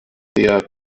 der